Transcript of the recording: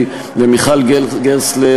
למען הסר ספק, אני מודיע שמדובר